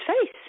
face